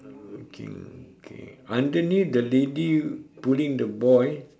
okay okay underneath the lady pulling the boy